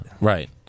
Right